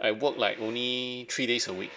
I work like only three days a week